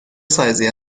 سایزی